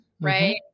right